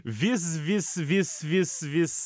vis vis vis vis vis